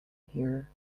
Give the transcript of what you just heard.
here